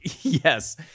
Yes